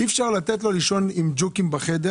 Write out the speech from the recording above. אי אפשר לתת לו לישון עם ג'וקים בחדר